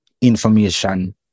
information